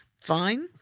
fine